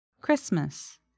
Christmas